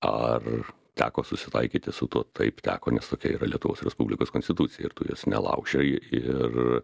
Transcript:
ar teko susitaikyti su tuo taip teko nes tokia yra lietuvos respublikos konstitucija ir tu jos nelaušioji ir